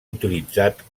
utilitzat